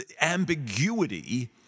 ambiguity